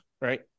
right